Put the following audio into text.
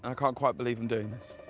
and can't quite believe i'm doing this.